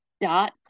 dot